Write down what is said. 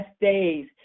days